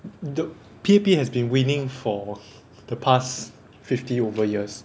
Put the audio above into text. th~ P_A_P has been winning for the past fifty over years